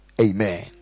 Amen